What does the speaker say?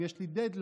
אם יש לי דדליין,